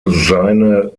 seine